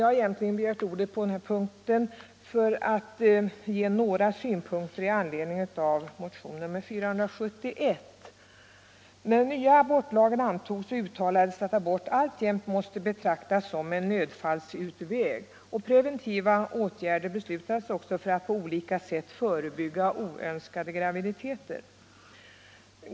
Jag har egentligen begärt ordet för att anföra några synpunkter i anledning av motionen 471. När den nya abortlagen antogs uttalades att abort alltjämt måste betraktas som en nödfallsutväg. Preventiva åtgärder beslutades också för att på olika sätt förebygga oönskade graviditeter.